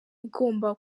igomba